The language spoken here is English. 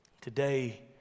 Today